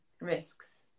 risks